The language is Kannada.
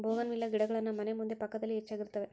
ಬೋಗನ್ವಿಲ್ಲಾ ಗಿಡಗಳನ್ನಾ ಮನೆ ಮುಂದೆ ಪಕ್ಕದಲ್ಲಿ ಹೆಚ್ಚಾಗಿರುತ್ತವೆ